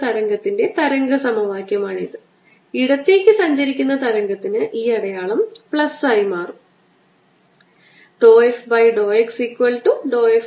ഞാൻ 2 ചേർത്ത് എനിക്ക് ലഭിക്കുന്നു E എന്നത് 2 എപ്സിലോൺ 0 r 1 പ്ലസ് r 2 ന് മുകളിലുള്ള rho ന് തുല്യമാണ് എന്നാൽ r 1 പ്ലസ് r 2 എന്താണ്